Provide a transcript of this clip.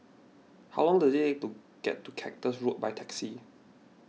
how long does it take to get to Cactus Road by taxi